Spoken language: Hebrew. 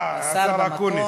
אה, השר אקוניס.